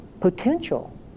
potential